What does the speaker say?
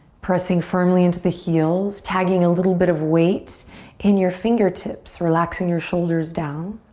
pressing firmly into the heels. tagging a little bit of weight in your fingertips. relaxing your shoulders down.